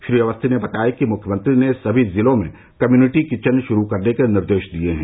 श्री अवस्थी ने बताया कि मुख्यमंत्री ने सभी जिलों में कम्युनिटी किचन श्रू करने के निर्देश दिए हैं